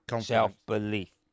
self-belief